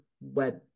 web